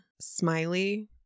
smiley